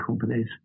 companies